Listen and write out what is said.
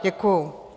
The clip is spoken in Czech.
Děkuju.